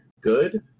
good